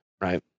right